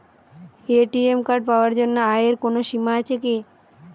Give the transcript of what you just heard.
ATM card পাওয়ার জন্য আয়ের কোনো সীমা আছে কি?